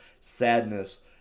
sadness